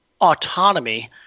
autonomy